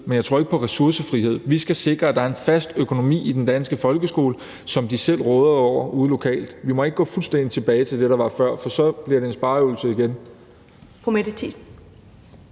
men jeg tror ikke på ressourcefrihed. Vi skal sikre, at der er en fast økonomi i den danske folkeskole, som de selv råder over ude lokalt. Vi må ikke gå fuldstændig tilbage til det, der var før, for så bliver det en spareøvelse igen.